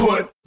Put